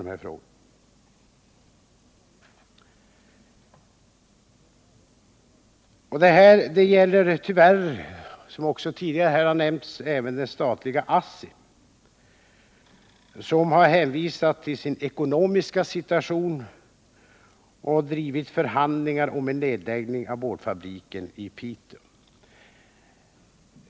Det här förfarandet har — såsom också nämnts tidigare — tyvärr också tillämpats när det gäller det statliga ASSI, som hänvisat till sin ekonomiska situation och drivit förhandlingar om en nedläggning av boardfabriken i Piteå.